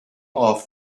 off